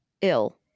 ill